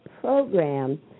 program